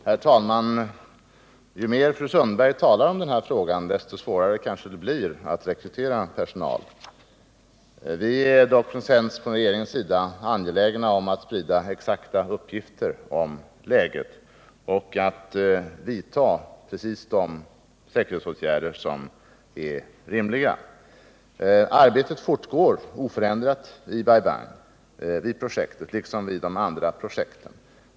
Herr talman! Ju mer fru Sundberg talar om den här frågan, desto svårare blir det kanske att rekrytera personal. Vi är dock från regeringens sida angelägna om att sprida exakta uppgifter om läget och att vidta precis de säkerhetsåtgärder som är rimliga. Arbetet fortgår oförändrat vid Bai Bang-projektet liksom vid andra projekt.